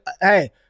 hey